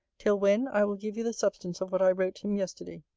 till when, i will give you the substance of what i wrote him yesterday.